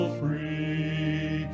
free